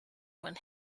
when